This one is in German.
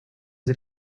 sie